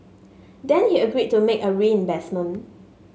then he agreed to make a reimbursement